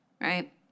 right